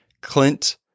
Clint